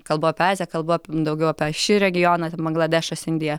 kalbu apie aziją kalbu daugiau apie šį regioną ten bangladešas indija